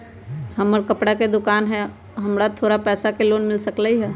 हमर कपड़ा के दुकान है हमरा थोड़ा पैसा के लोन मिल सकलई ह?